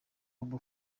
bob